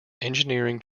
engineering